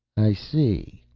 i see,